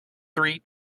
three